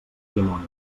dimoni